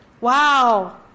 Wow